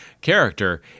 character